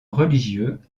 religieux